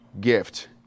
gift